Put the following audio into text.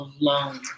alone